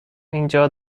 اینجا